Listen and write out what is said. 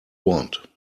want